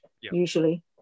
usually